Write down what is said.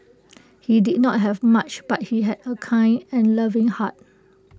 he did not have much but he had A kind and loving heart